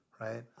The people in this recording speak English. Right